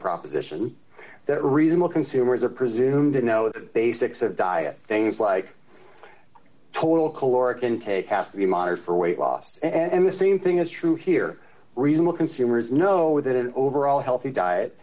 proposition that reasonable consumers are presumed to know the basics of diet things like total caloric intake has to be monitored for weight loss and the same thing is true here reasonable consumers know that an overall healthy diet